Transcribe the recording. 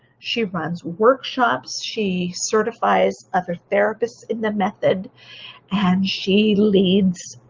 she runs workshops, she certifies other therapists in the method and she leads